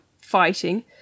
fighting